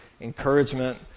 encouragement